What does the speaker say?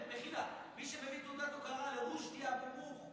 מי שמביא תעודת הוקרה לרושדי אבו מוך,